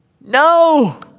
no